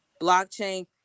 blockchain